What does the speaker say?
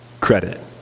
credit